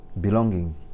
Belonging